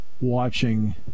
watching